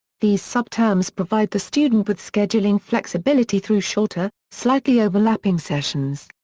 these subterms provide the student with scheduling flexibility through shorter, slightly overlapping sessions.